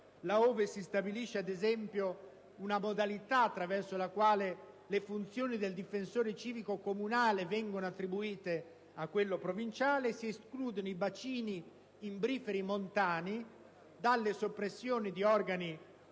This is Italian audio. là ove si stabilisce una modalità attraverso la quale le funzioni del difensore civico comunale vengono attribuite a quello provinciale, e si escludono i bacini imbriferi montani dalle soppressioni di organi